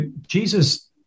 Jesus